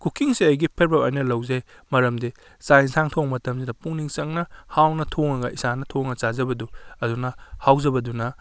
ꯀꯨꯀꯤꯡꯁꯦ ꯑꯩꯒꯤ ꯐꯦꯕꯣꯔꯥꯏꯠꯅꯦ ꯂꯧꯖꯩ ꯃꯔꯝꯗꯤ ꯆꯥꯛ ꯏꯟꯁꯥꯡ ꯊꯣꯡꯕ ꯃꯇꯝꯁꯤꯗ ꯄꯨꯛꯅꯤꯡ ꯆꯪꯅ ꯍꯥꯎꯅ ꯊꯣꯡꯉꯒ ꯏꯁꯥꯅ ꯊꯣꯡꯉ ꯆꯥꯖꯕꯗꯨ ꯑꯗꯨꯅ ꯍꯥꯎꯖꯕꯗꯨꯅ